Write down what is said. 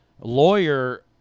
lawyer